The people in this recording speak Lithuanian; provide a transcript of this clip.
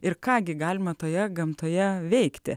ir ką gi galima toje gamtoje veikti